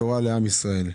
עם בשורה לעם ישראל.